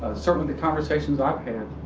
certainly the conversations i've had,